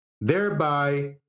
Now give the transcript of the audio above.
thereby